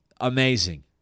amazing